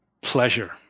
pleasure